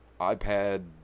iPad